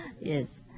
Yes